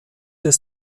des